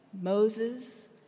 Moses